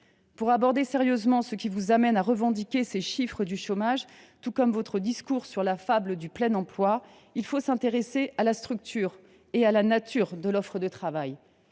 Pour aborder sérieusement ce qui vous amène à revendiquer ces chiffres du chômage, tout comme votre discours sur la fable du plein emploi, il faut s’intéresser à la structure et à la nature de l’offre de travail.